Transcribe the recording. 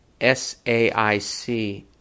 SAIC